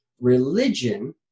religion